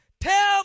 tell